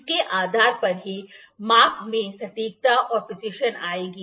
इसके आधार पर ही माप में सटीकता और प्रिसिशन आएगी